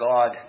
God